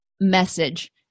message